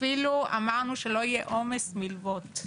אפילו אמרנו שלא יהיה עומס מלוות,